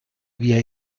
wir